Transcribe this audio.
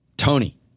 Tony